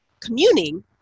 communing